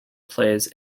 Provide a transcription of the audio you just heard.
plays